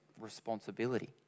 responsibility